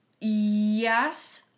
yes